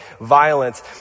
violence